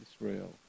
Israel